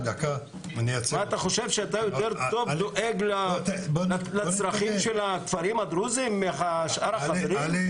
אתה חושב שאתה דואג יותר טוב לצרכים של הכפרים הדרוזים משאר החברים?